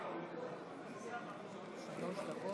אדוני היושב-ראש,